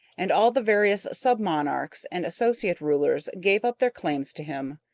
and all the various sub-monarchs and associate rulers gave up their claims to him.